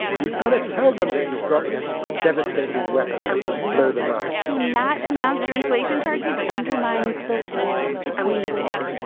you've got to tell them that you've got this devastating devastating weapon that could blow them up to not announce your inflation target undermines the whole point of it.